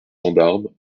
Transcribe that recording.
gendarme